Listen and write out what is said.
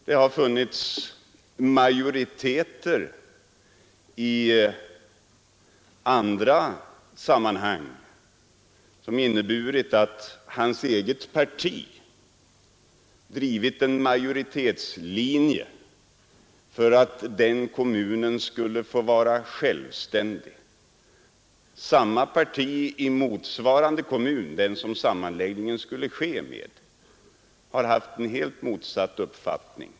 Det har funnits majoriteter i andra sammanhang som inneburit att herr Ullstens eget parti drivit en majoritetslinje för att en kommun skulle få vara självständig, medan samma parti i den kommun med vilken sammanläggning skulle ske har hyst helt motsatt uppfattning.